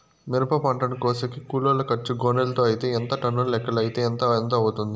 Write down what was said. మిరప పంటను కోసేకి కూలోల్ల ఖర్చు గోనెలతో అయితే ఎంత టన్నుల లెక్కలో అయితే ఎంత అవుతుంది?